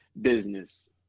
business